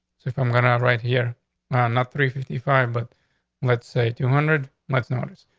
so if i'm gonna right here not three fifty five but let's say two hundred months notice.